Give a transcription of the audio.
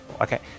Okay